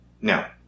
No